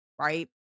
Right